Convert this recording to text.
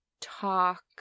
talk